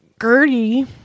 Gertie